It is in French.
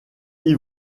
ils